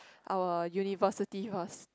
our university first